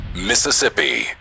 mississippi